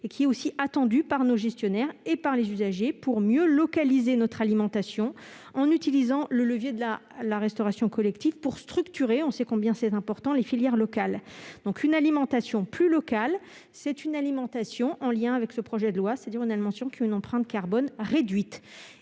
et qui est attendue par nos gestionnaires et les usagers pour mieux localiser notre alimentation en utilisant le levier de la restauration collective et pour structurer- on sait combien c'est important -les filières locales. Une alimentation plus locale, c'est une alimentation qui répond à l'objectif de ce projet de loi, c'est-à-dire qui a une empreinte carbone réduite.